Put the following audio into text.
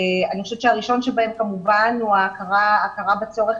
אני חושבת שהראשון שבהם כמובן הוא ההכרה בצורך